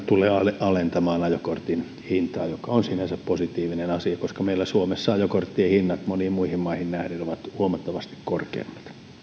tulee sitten myöskin alentamaan ajokortin hintaa mikä on sinänsä positiivinen asia koska meillä suomessa ajokorttien hinnat moniin muihin maihin nähden ovat huomattavasti korkeammat